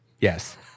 Yes